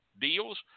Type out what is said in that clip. deals